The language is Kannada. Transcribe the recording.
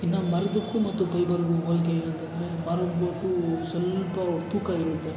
ಇನ್ನು ಮರದ್ದಕ್ಕೂ ಮತ್ತು ಪೈಬರಿಗೂ ಹೋಲ್ಕೆ ಏನಂತಂದರೆ ಮರದ ಬೋಟೂ ಸ್ವಲ್ಪ ತೂಕ ಇರುತ್ತೆ